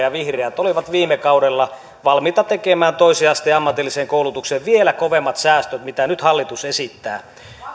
ja vihreät olivat viime kaudella valmiita tekemään toisen asteen ammatilliseen koulutukseen vielä kovemmat säästöt kuin mitä nyt hallitus esittää